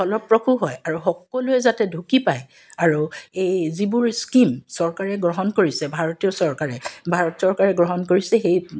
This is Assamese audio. ফলপ্ৰসূ হয় আৰু সকলোৱে যাতে ঢুকি পায় আৰু এই যিবোৰ স্কীম চৰকাৰে গ্ৰহণ কৰিছে ভাৰতীয় চৰকাৰে ভাৰত চৰকাৰে গ্ৰহণ কৰিছে সেই